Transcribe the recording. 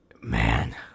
man